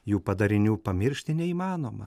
jų padarinių pamiršti neįmanoma